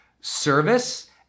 service